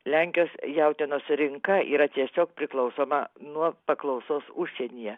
lenkijos jautienos rinka yra tiesiog priklausoma nuo paklausos užsienyje